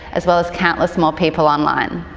as well as countless more people online.